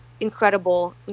incredible